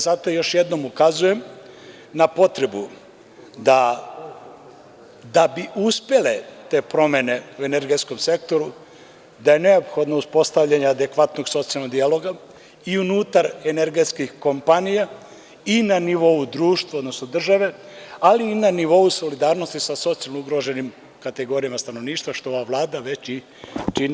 Zato još jednom ukazujem na potrebu, da bi uspele te promene u energetskom sektoru, da je neophodno uspostavljanje adekvatnog socijalnog dijaloga i unutar energetskih kompanija i na nivou društva, odnosno države, ali i na nivou solidarnosti sa socijalno ugroženim kategorijama stanovništva, što Vlada već i čini.